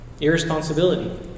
Irresponsibility